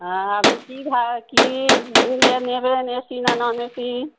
হ্যাঁ আপনি কী ভা কী ইয়ে নেবেন এসি না নন এসি